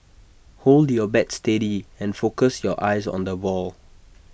hold your bat steady and focus your eyes on the ball